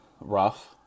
rough